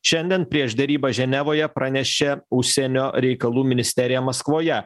šiandien prieš derybas ženevoje pranešė užsienio reikalų ministerija maskvoje